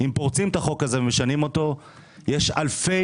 אם פורצים את החוק הזה ומשנים אותו יש עשרות